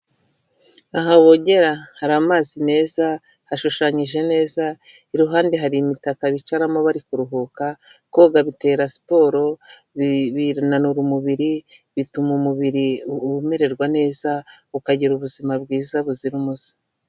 Aha bogera hari amazi meza hashushanyije neza iruhande hari imitaka bicaramo bari kuruhuka, koga bitera siporo binanura umubiri bituma umubiri umererwa neza ukagira ubuzima bwiza buzira umuze.